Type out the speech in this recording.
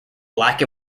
black